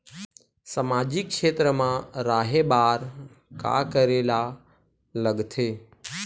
सामाजिक क्षेत्र मा रा हे बार का करे ला लग थे